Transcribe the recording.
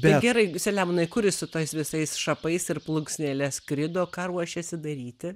bet gerai selemonai kur jis su tais visais šapais ir plunksnele skrido ką ruošėsi daryti